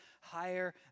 higher